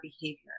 behavior